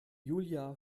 julia